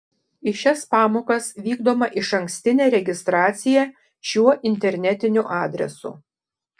į šias pamokas vykdoma išankstinė registracija šiuo internetiniu adresu